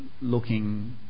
looking